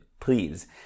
Please